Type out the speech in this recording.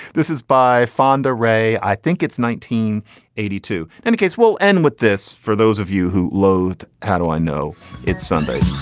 this is by fonda ray. i think it's nineteen eighty two and the case will end with this for those of you who loathe how do i know it's sunday.